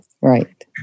Right